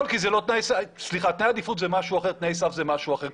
תנאי עדות זה משהו אחר ותנאי סף זה משהו אחר.